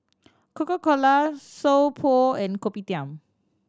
Coca Cola So Pho and Kopitiam